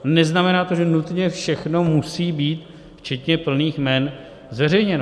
Neznamená to, že nutně všechno musí být včetně plných jmen zveřejněno.